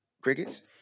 Crickets